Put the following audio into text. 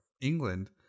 England